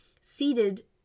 seated